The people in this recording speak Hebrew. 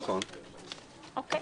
אוקיי.